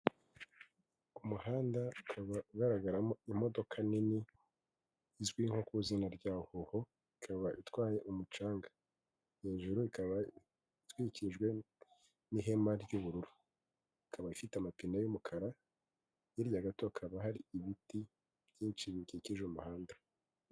Umuhanda ukaba ugaragaramo imodoka nini izwi nko ku izina rya howo ikaba itwaye umucanga. Hejuru ikaba itwikirijwe n'ihema ry'ubururu, ikaba ifite amapine y'umukara, hirya gato haba hari ibiti byinshi bikikije umuhanda.